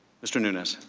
mr. nunes.